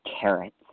carrots